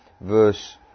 verse